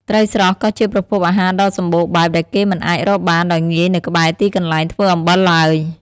ត្រីស្រស់ក៏ជាប្រភពអាហារដ៏សម្បូរបែបដែលគេមិនអាចរកបានដោយងាយនៅក្បែរទីកន្លែងធ្វើអំបិលឡើយ។